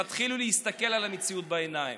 תתחילו להסתכל למציאות בעיניים.